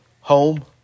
home